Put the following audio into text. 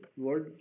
Lord